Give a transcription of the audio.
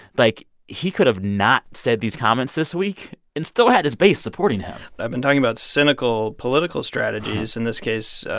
like, he could not said these comments this week and still had his base supporting him i've been talking about cynical political strategies in this case,